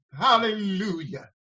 Hallelujah